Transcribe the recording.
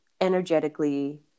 energetically